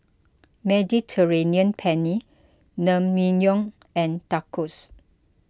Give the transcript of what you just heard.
Mediterranean Penne Naengmyeon and Tacos